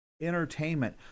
entertainment